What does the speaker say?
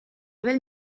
bell